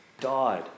died